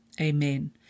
Amen